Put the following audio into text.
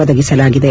ಒದಗಿಸಲಾಗಿದೆ